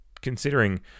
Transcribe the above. Considering